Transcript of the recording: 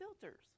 filters